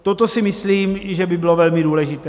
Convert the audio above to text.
Toto si myslím, že by bylo velmi důležité.